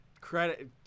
credit